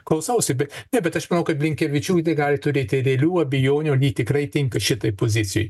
klausausi bet ne bet aš manau kad blinkevičiūtė gali turėti realių abejonių ar ji tikrai tinka šitoj pozicijoj